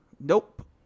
nope